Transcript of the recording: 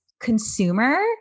consumer